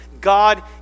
God